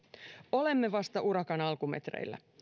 olemme vasta urakan alkumetreillä